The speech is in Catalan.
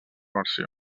versió